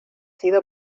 sido